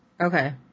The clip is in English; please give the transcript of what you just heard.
Okay